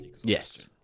Yes